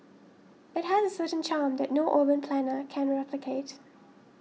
it has a certain charm that no urban planner can replicate